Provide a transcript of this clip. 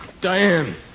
Diane